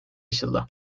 açıldı